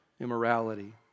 immorality